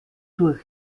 durch